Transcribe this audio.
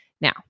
Now